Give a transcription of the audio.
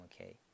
okay